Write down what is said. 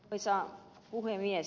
arvoisa puhemies